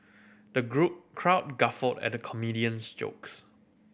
the crowd guffawed at the comedian's jokes